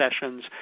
sessions